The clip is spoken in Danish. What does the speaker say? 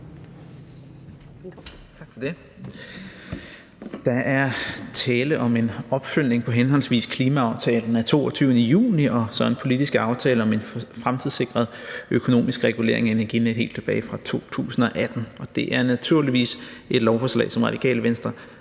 Tak for det. Der er tale om en opfølgning på henholdsvis klimaaftalen af 22. juni og så en politisk aftale om en fremtidssikret økonomisk regulering af Energinet helt tilbage fra 2018, og det er naturligvis et lovforslag, som Radikale Venstre